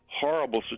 horrible